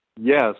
Yes